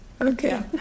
Okay